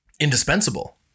indispensable